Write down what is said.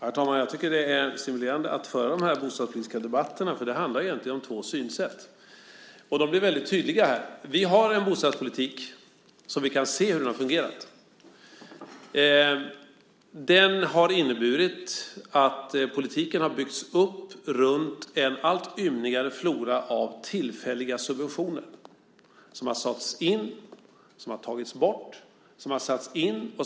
Herr talman! Jag tycker att det är stimulerande att föra dessa bostadspolitiska debatter, för det handlar egentligen om två synsätt. De blir väldigt tydliga här. Vi har haft en bostadspolitik, och vi kan se hur den har fungerat. Den har inneburit att politiken byggts upp runt en allt ymnigare flora av tillfälliga subventioner som satts in, tagits bort och satts in igen.